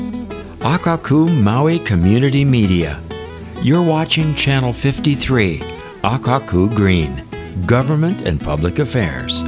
maui community media you're watching channel fifty three aku green government and public affairs